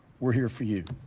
we are here for you.